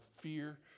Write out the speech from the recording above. fear